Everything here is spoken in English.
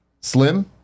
slim